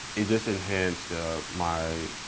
it just enhanced my,